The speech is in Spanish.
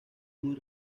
muy